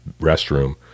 restroom